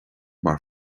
mar